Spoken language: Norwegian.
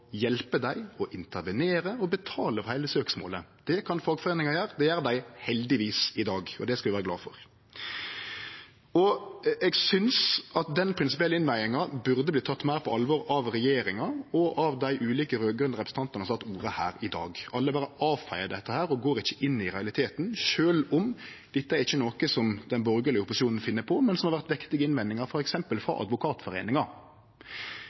hjelpe dei, intervenere og betale for heile søksmålet. Det kan fagforeiningar gjere. Det gjer dei heldigvis i dag, og det skal vi vere glade for. Eg synest denne prinsipielle innvendinga burde vorte teke meir på alvor av regjeringa og av dei ulike raud-grøne representantane som har hatt ordet her i dag. Alle berre avfeiar det og går ikkje inn i realiteten, sjølv om det ikkje er noko den borgarlege opposisjonen finn på, men som har vore vektige innvendingar,